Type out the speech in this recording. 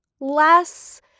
less